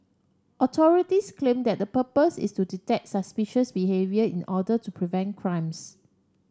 authorities claim that the purpose is to detect suspicious behaviour in order to prevent crimes